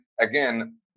again